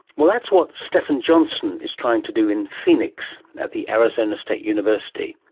well, that's what stephen johnston is trying to do in phoenix at the arizona state university.